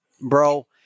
bro